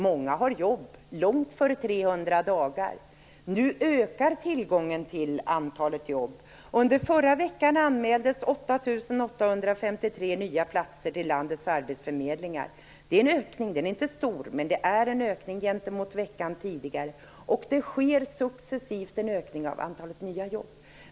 Många har fått jobb långt innan 300 dagar har gått. Nu ökar antalet jobb. Under förra veckan anmäldes 8 853 nya platser till landets arbetsförmedlingar. Det är en ökning, den är inte stor, men det är en ökning gentemot veckan tidigare. Det sker successivt en ökning av antalet nya jobb.